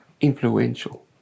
influential